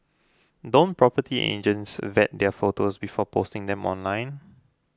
don't property agents vet their photos before posting them online